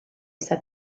set